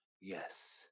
Yes